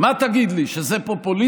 מה תגיד לי, שזה פופוליזם?